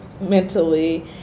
mentally